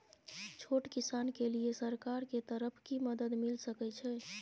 छोट किसान के लिए सरकार के तरफ कि मदद मिल सके छै?